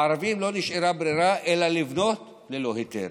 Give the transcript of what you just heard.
לערבים לא נשארה ברירה אלא לבנות ללא היתר,